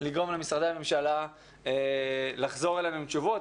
לגרום למשרדי הממשלה לחזור אלינו עם תשובות,